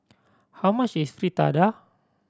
how much is Fritada